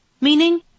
Meaning